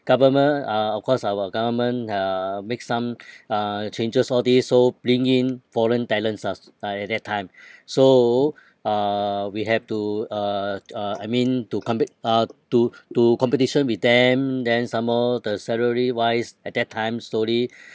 government uh of course our government uh make some uh changes all these so bring in foreign talents ah s~ ah at that time so uh we have to uh uh I mean to compete uh to to competition with them then some more the salary wise at that time slowly